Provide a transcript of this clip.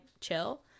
chill